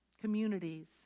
communities